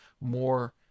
more